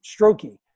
strokey